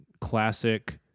classic